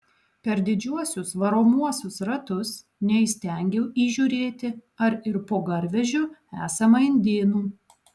per didžiuosius varomuosius ratus neįstengiau įžiūrėti ar ir po garvežiu esama indėnų